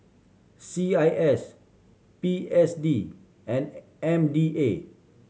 C I S P S D and M D A